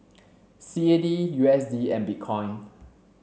C A D U S D and Bitcoin